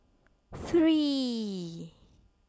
three